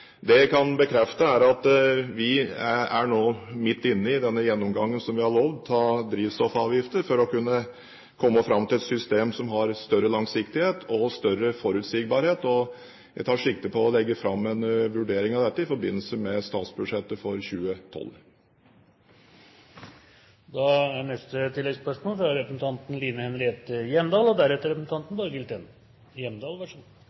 det ut fra den vinklingen. Det jeg kan bekrefte, er at vi nå er midt inne i denne gjennomgangen av drivstoffavgifter som vi har lovet, for å kunne komme fram til et system med større langsiktighet og større forutsigbarhet. Og jeg tar sikte på å legge fram en vurdering av dette i forbindelse med statsbudsjettet for 2012.